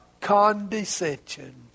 condescension